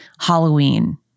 Halloween